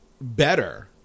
better